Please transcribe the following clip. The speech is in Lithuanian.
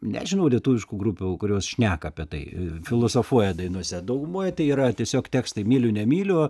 nežinau lietuviškų grupių kurios šneka apie tai filosofuoja dainose daugumoj tai yra tiesiog tekstai myliu nemyliu